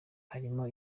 harimo